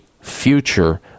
future